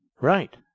Right